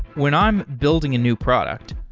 when i'm building a new product,